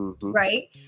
Right